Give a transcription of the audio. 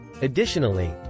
Additionally